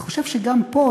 אני חושב שגם פה,